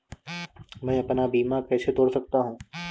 मैं अपना बीमा कैसे तोड़ सकता हूँ?